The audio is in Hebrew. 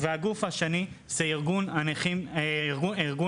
והגוף השני זה ארגון הנכים היציג,